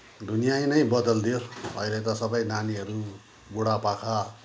दुनियाँ नै बद्लदियो अहिले त सबै नानीहरू बुढापाका